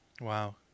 Wow